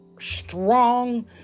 strong